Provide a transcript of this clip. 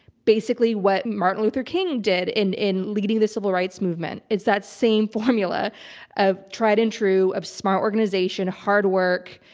basically, what martin luther king did in in leading the civil rights movement. it's that same formula of tried and true, of smart organization, hard work,